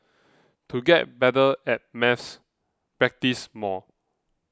to get better at maths practise more